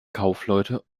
kaufleute